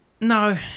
No